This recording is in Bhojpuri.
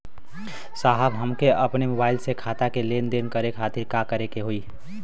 साहब हमके अपने मोबाइल से खाता के लेनदेन करे खातिर का करे के होई?